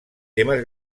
temes